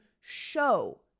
show